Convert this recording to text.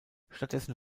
stattdessen